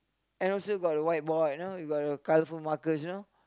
and also got a whiteboard you know and got a colorful markers you know